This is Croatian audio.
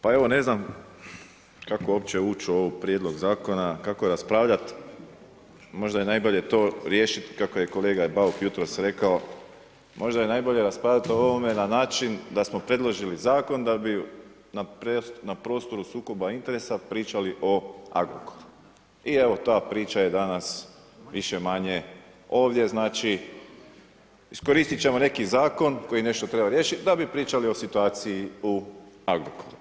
Pa evo, ne znam, kako uopće ući u ovaj prijedlog zakona, kako raspravljati, možda je najbolje to riješiti kako je kolega Bauk jutros rekao možda je raspravljati o ovome na način da smo predložili zakon da bi na prostoru sukoba interesa pričali o Agrokoru, i evo ta priča je više-manje ovdje, znači iskoristit ćemo neki zakon koji nešto treba riješiti da bi pričali o situaciji u Agrokoru.